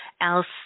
else